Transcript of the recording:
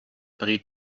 berät